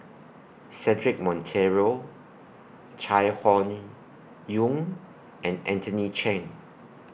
Cedric Monteiro Chai Hon Yoong and Anthony Chen